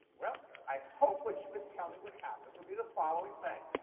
well, i hope what you would tell me would happen would be the following thing.